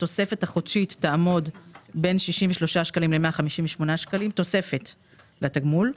התוספת החודשית תעמוד בין 63 שקלים ל-158 שקלים תוספת לתגמול.